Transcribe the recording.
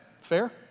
fair